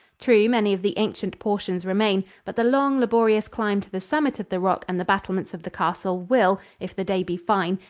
true, many of the ancient portions remain, but the long, laborious climb to the summit of the rock and the battlements of the castle will, if the day be fine,